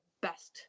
best